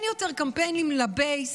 אין יותר קמפיינים לבייס.